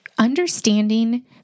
understanding